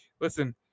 listen